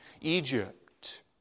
Egypt